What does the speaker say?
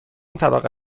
طبقه